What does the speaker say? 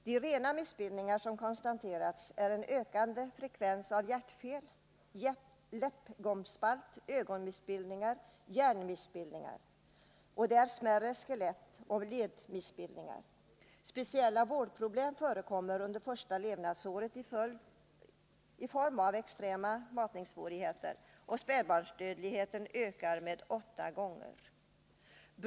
De rena missbildningar som konstateras är en ökad frekvens av hjärtfel, läppgomspalt, ögonmissbildningar, hjärnmissbildningar samt smärre skelettoch ledmissbildningar. Speciella vårdproblem under första levnadsåret förekommer i form av extrema matningssvårigheter. Spädbarnsdödligheten ökar med åtta gånger den ”normala”.